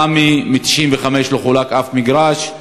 ראמה, שמ-1995 לא חולק אף מגרש,